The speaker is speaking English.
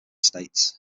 states